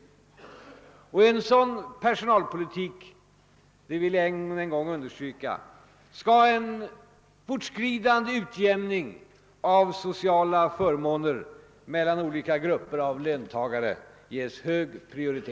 Jag vill ännu en gång understryka att i en sådan personalpolitik hög prioritet skall ges åt en fortskridande utjämning av sociala förmåner mellan olika grupper av löntagare.